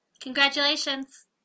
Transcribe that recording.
Congratulations